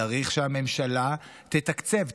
צריך שהממשלה תתקצב,